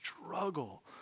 struggle